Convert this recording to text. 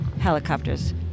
helicopters